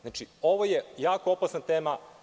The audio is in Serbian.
Znači, ovo je jako opasna tema.